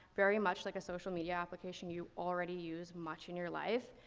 very much like a social media application you already use much in your life.